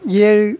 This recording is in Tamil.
ஏழு